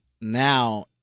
now